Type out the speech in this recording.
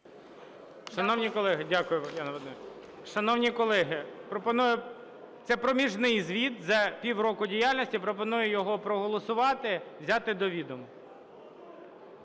Шановні колеги, це проміжний звіт за півроку діяльності. Пропоную його проголосувати взяти до відома.